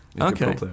Okay